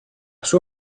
sua